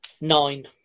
Nine